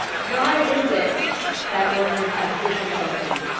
why is it that workers have difficulty?